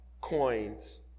coins